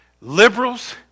Liberals